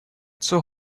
zur